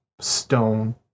stone